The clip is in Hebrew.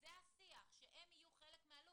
זה השיח שהם יהיו חלק מה "לופ",